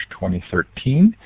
2013